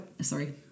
Sorry